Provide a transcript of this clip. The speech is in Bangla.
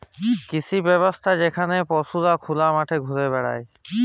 কৃষি ব্যবস্থা যেখালে পশুরা খলা মাঠে ঘুরে বেড়ায়